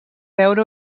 veure